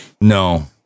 No